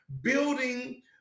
Building